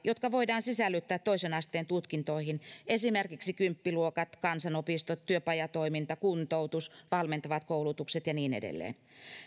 jotka voidaan sisällyttää toisen asteen tutkintoihin esimerkiksi kymppiluokat kansanopistot työpajatoiminta kuntoutus valmentavat koulutukset ja niin edelleen